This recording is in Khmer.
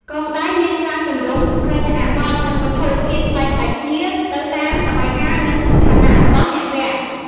កងដៃ មានច្រើនទម្រង់ រចនាបថ និងវត្ថុធាតុប្លែកៗគ្នា ទៅតាមសម័យកាល និងឋានៈរបស់អ្នកពាក់។